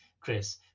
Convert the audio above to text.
Chris